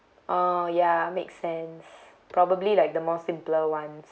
oh ya make sense probably like the more simpler ones